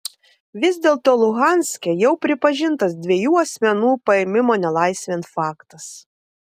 vis dėlto luhanske jau pripažintas dviejų asmenų paėmimo nelaisvėn faktas